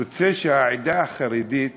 יוצא שהעדה החרדית